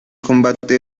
combate